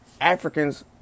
Africans